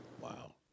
Wow